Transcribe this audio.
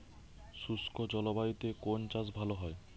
শুষ্ক জলবায়ুতে কোন চাষ ভালো হয়?